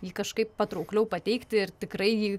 jį kažkaip patraukliau pateikti ir tikrai jį